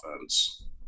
offense